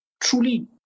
truly